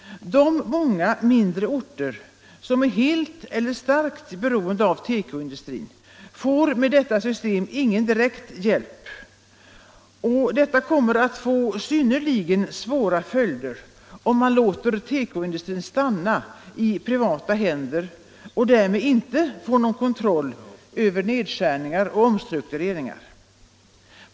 De många mindre orter som är helt eller starkt beroende av tekoindustri får med detta system ingen direkt hjälp. Detta kommer att få synnerligen svåra följder om man låter tekoindustrin stanna i privata händer och därmed inte får någon kontroll över nedskärningar och omstruktureringar.